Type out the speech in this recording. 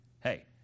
...hey